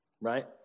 right